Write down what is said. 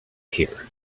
here